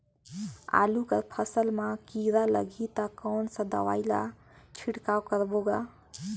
आलू कर फसल मा कीरा लगही ता कौन सा दवाई ला छिड़काव करबो गा?